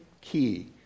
key